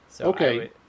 Okay